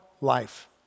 life